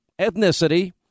ethnicity